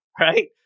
Right